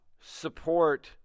support